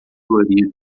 florido